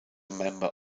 member